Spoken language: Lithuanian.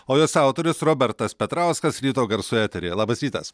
o jos autorius robertas petrauskas ryto garsų eteryje labas rytas